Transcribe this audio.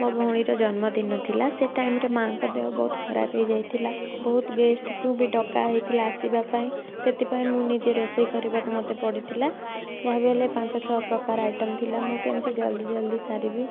ମୋ ଭଉଣୀର ଜନ୍ମ ଦିନ ଥିଲା ସେ ଟାଇମ୍ରେ ମାଆଙ୍କ ଦେହ ବହୁତ ଖରାପ ହୋଇଯାଇଥିଲା ବହୁତ ଗେଷ୍ଟ୍କୁ ବି ଡ଼କା ହୋଇଥିଲା ଆସିବା ପାଇଁ ସେଥିପାଇଁ ମୁଁ ନିଜେ ରୋଷେଇ କରିବାକୁ ମୋତେ ପଡ଼ିଥିଲା ଯାହା ବି ହେଲେ ପାଞ୍ଚ ଛଅ ପ୍ରକାର ଆଇଟମ୍ ଥିଲା ମୁଁ କେମିତି ଜଲ୍ଦି ଜଲ୍ଦି ସାରିବି